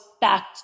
back